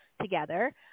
together